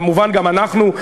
כמובן גם אנחנו,